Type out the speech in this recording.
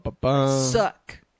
Suck